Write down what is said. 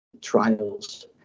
trials